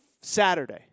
Saturday